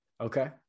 Okay